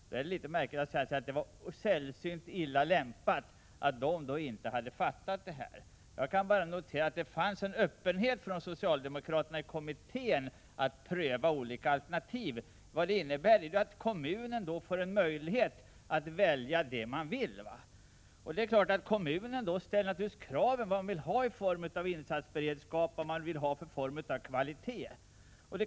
Därför är det litet märkligt att säga att de inte hade fattat att detta vore sällsynt illa lämpat. Jag kan bara notera att det fanns en öppenhet hos socialdemokraterna i kommittén att pröva olika alternativ. Detta innebär att kommunen får möjlighet att välja det den vill ha. Det är klart att kommunen då ställer krav på det den vill ha av insatsberedskap och kvalitet.